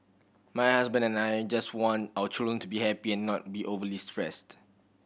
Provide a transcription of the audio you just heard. my husband and I just want our children to be happy and not be overly stressed